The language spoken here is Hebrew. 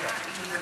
איתן,